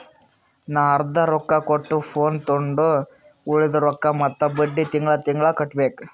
ನಾ ಅರ್ದಾ ರೊಕ್ಕಾ ಕೊಟ್ಟು ಫೋನ್ ತೊಂಡು ಉಳ್ದಿದ್ ರೊಕ್ಕಾ ಮತ್ತ ಬಡ್ಡಿ ತಿಂಗಳಾ ತಿಂಗಳಾ ಕಟ್ಟಬೇಕ್